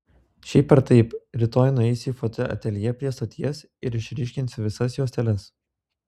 šiaip ar taip rytoj nueisiu į fotoateljė prie stoties ir išryškinsiu visas juosteles